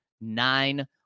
nine